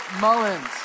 Mullins